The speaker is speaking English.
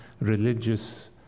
religious